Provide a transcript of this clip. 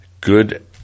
Good